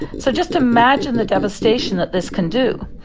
so just imagine the devastation that this can do.